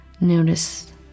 notice